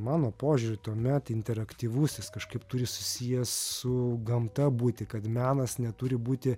mano požiūriu tuomet interaktyvusis kažkaip turi susijęs su gamta būti kad menas neturi būti